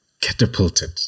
catapulted